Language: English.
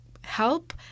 help